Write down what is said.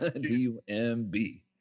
D-U-M-B